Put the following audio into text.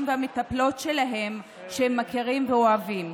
והמטפלות שלהם שהם מכירים ואוהבים.